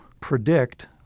predict